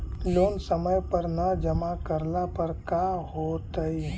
Loan समय पर न जमा करला पर का होतइ?